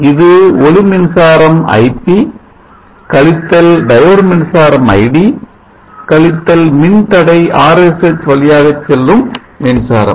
இது ஒளி மின்சாரம் Ip கழித்தல் diode மின்சாரம் Id கழித்தல் மின்தடை Rsh வழியாகச் செல்லும் மின்சாரம்